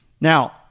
Now